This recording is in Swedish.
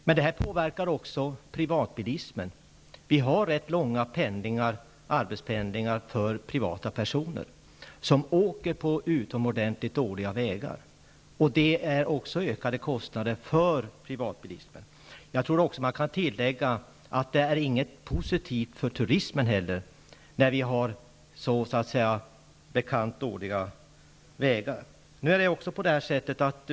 Men det påverkar också privatbilismen. Vi har rätt långa arbetspendlingar för privata personer, som åker på utomordentligt dåliga vägar. Det innebär också ökade kostnader för privatbilismen. Jag tror att man kan tillägga att det inte heller är positivt för turismen att vi är kända för att ha så dåliga vägar.